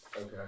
Okay